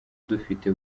dufite